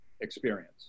experience